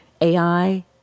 AI